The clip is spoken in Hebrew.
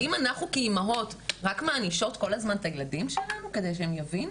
האם אנחנו כאימהות רק מענישות כל הזמן את הילדים שלנו כדי שהם יבינו?